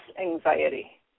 anxiety